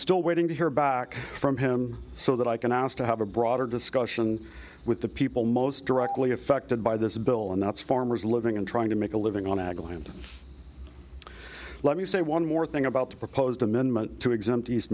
still waiting to hear back from him so that i can ask to have a broader discussion with the people most directly affected by this bill and that's farmers living and trying to make a living on ag land let me say one more thing about the proposed amendment to exempt east